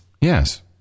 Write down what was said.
Yes